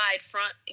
front